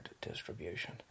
Distribution